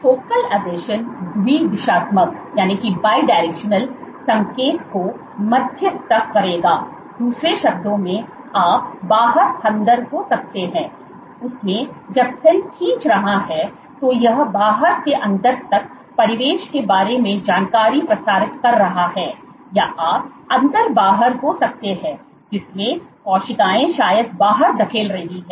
तो फोकल आसंजन द्वि दिशात्मक संकेत को मध्यस्थता करेगा दूसरे शब्दों में आप बाहर अंदर हो सकते हैं उसमें जब सेल खींच रहा है तो यह बाहर से अंदर तक परिवेश के बारे में जानकारी प्रसारित कर रहा है या आप अंदर बाहर हो सकते हैं जिसमें कोशिकाएं शायद बाहर धकेल रही हैं